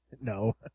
No